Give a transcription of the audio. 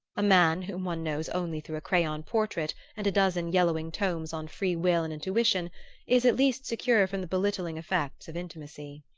a man whom one knows only through a crayon portrait and a dozen yellowing, tomes on free-will and intuition is at least secure from the belittling effects of intimacy.